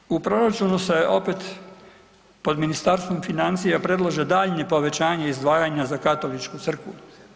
Nadalje, u proračunu se opet pod Ministarstvom financija predlaže daljnje povećanje izdvajanja za Katoličku crkvu.